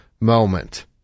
moment